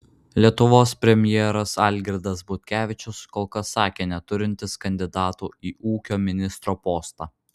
lietuvos premjeras algirdas butkevičius kol kas sakė neturintis kandidatų į ūkio ministro postą